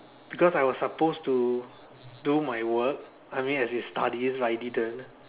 because I was supposed to do my work I mean as in studies but I didn't